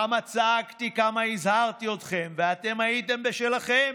כמה צעקתי, כמה הזהרתי אתכם, ואתם הייתם בשלכם.